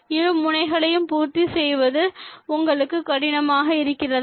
இரு முனைகளையும் பூர்த்தி செய்வது உங்களுக்கு கடினமாக இருக்கிறதா